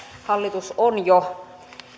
hallitus on jo